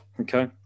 Okay